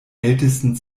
ältesten